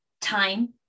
time